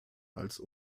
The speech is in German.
als